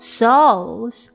souls